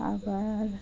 আবার